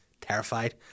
Terrified